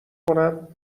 کنم